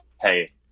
hey